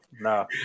no